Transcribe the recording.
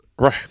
Right